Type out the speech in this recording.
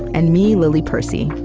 and me, lily percy.